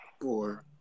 four